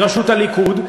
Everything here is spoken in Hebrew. בראשות הליכוד,